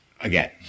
again